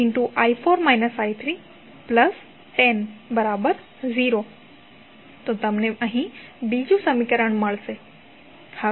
2i48i4 i3100 તો તમને અહીં બીજું સમીકરણ મળશે